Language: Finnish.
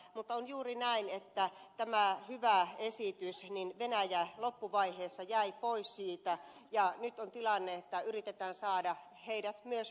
mutta on juuri näin että tästä hyvästä esityksestä venäjä loppuvaiheessa jäi pois ja nyt on sellainen tilanne että yritetään saada heidät myös mukaan